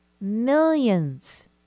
millions